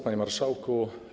Panie Marszałku!